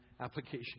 application